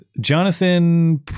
Jonathan